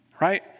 right